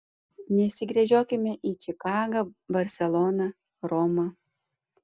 nesigręžiokime į čikagą barseloną romą